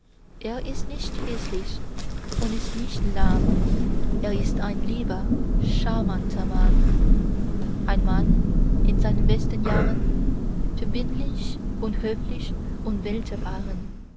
er ist nicht häßlich und ist nicht lahm er ist ein lieber scharmanter mann ein mann in seinen besten jahren verbindlich und höflich und welterfahren